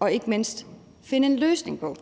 og ikke mindst finde en løsning på.